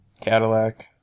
Cadillac